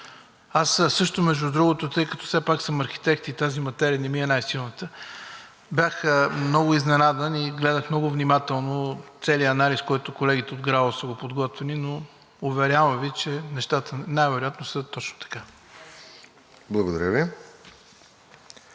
Аз също, между другото, тъй като все пак съм архитект и тази материя не ми е най-силната, бях много изненадан и гледах много внимателно целия анализ, който колегите от ГРАО са подготвили, но, уверявам Ви, че нещата най-вероятно са точно така. ПРЕДСЕДАТЕЛ